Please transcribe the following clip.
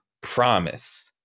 Promise